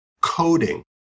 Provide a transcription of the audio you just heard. coding